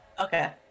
Okay